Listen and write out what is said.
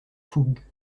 fougue